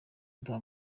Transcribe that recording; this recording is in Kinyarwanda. uduha